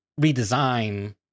redesign